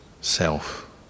self